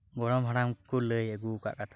ᱜᱚᱲᱚᱢ ᱦᱟᱲᱟᱢ ᱠᱚᱠᱚ ᱞᱟᱹᱭ ᱟᱹᱜᱩ ᱟᱠᱟᱫ ᱠᱟᱛᱷᱟ ᱠᱚ